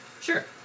Sure